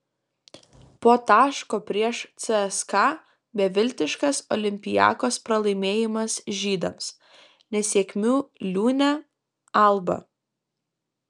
po taško prieš cska beviltiškas olympiakos pralaimėjimas žydams nesėkmių liūne alba